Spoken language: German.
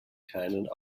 keinen